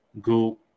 go